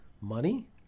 money